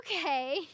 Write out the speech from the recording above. okay